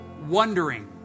wondering